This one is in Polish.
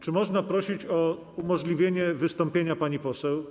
Czy można prosić o umożliwienie wystąpienia pani poseł?